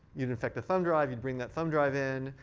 even affect the thumb drive. you bring that thumb drive in.